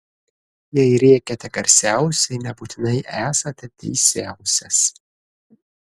jei rėkiate garsiausiai nebūtinai esate teisiausias